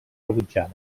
rebutjada